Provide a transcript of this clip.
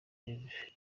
inc